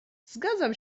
zgadzam